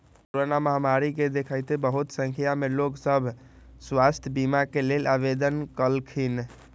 corona महामारी के देखइते बहुते संख्या में लोग सभ स्वास्थ्य बीमा के लेल आवेदन कलखिन्ह